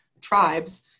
tribes